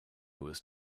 was